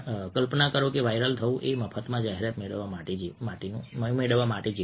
કલ્પના કરો કે વાયરલ થવું એ મફતમાં જાહેરાત મેળવવા જેવું છે